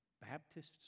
Baptists